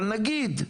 אבל נגיד,